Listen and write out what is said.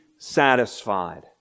satisfied